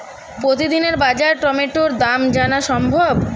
প্রতিদিনের বাজার টমেটোর দাম জানা সম্ভব?